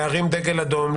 להרים דגל אדום,